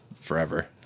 forever